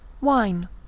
WINE